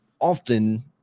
often